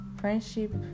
Friendship